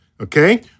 okay